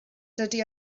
dydy